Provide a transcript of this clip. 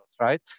right